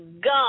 God